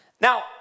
Now